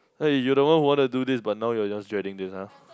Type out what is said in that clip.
eh you're the one who wanna do this but now you're just dreading this !huh!